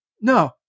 no